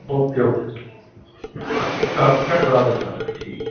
okay okay ਕਰਾ ਦੇ ਕਰਾ ਦਿਆਂਗੇ ਠੀਕ ਐ